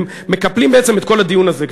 והם מקפלים בעצם את כל הדיון הזה,